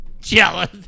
Jealous